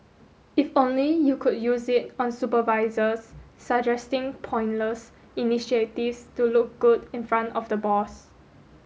if only you could use it on supervisors suggesting pointless initiatives to look good in front of the boss